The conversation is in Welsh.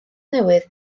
newydd